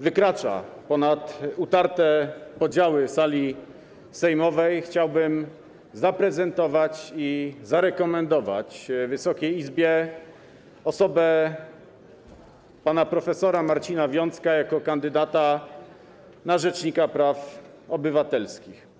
wykracza ponad utarte podziały sali sejmowej, chciałbym zaprezentować i zarekomendować Wysokiej Izbie osobę pana prof. Marcina Wiącka jako kandydata na rzecznika praw obywatelskich.